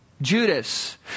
Judas